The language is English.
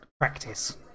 practice